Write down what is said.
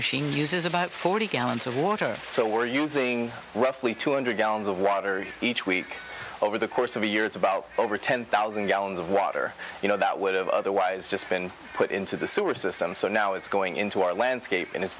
machine uses about forty gallon so water so we're using roughly two hundred domes of water each week over the course of a year it's about over ten thousand gallons of water you know that would have otherwise just been put into the sewer system so now it's going into our landscape and it's